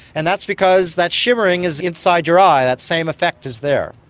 and that's because that shimmering is inside your eye, that same effect is there.